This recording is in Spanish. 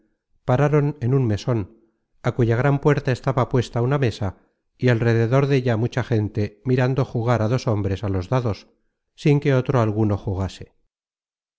pararon en un meson á cuya gran puerta estaba puesta una mesa y al rededor della mucha gente mirando jugar a dos hombres á los dados sin que otro alguno jugase